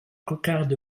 cocarde